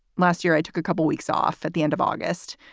last year i took a couple weeks off at the end of august,